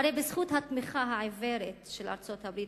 הרי בזכות התמיכה העיוורת של ארצות-הברית